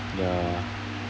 ya